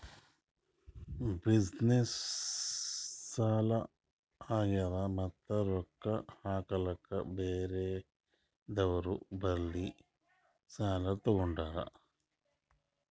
business loss ಆಗ್ಯಾದ್ ಮತ್ತ ರೊಕ್ಕಾ ಹಾಕ್ಲಾಕ್ ಬ್ಯಾರೆದವ್ ಬಲ್ಲಿ ಸಾಲಾ ತೊಗೊಂಡ್ರ